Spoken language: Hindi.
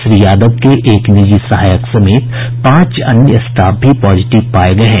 श्री यादव के एक निजी सहायक समेत पांच अन्य स्टाफ भी पॉजिटिव पाये गये हैं